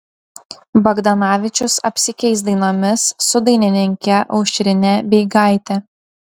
bagdanavičius apsikeis dainomis su dainininke aušrine beigaite